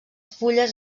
fulles